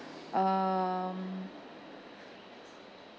um